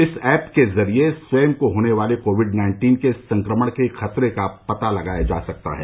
इस ऐप के जरिए स्वयं को होने वाले कोविड नाइन्टीन के संक्रमण के खतरे का पता लगाया जा सकता है